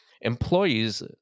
Employees